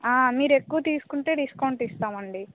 మీరు ఎక్కువ తీసుకుంటే డిస్కౌంట్ ఇస్తామండి